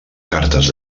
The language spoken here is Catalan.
cartes